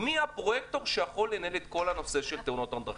מי הפרויקטור שיכול לנהל את כל הנושא של תאונות הדרכים?